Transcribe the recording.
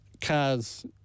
cars